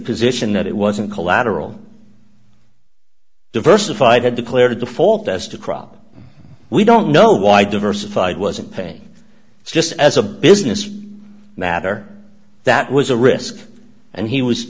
position that it wasn't collateral diversified had declared default as to crop we don't know why diversified wasn't paying just as a business matter that was a risk and he was